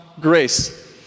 grace